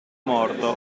morto